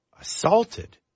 assaulted